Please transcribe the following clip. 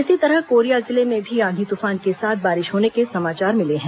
इसी तरह कोरिया जिले में भी आंधी तूफान के साथ बारिश होने के समाचार मिले हैं